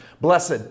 Blessed